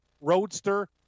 Roadster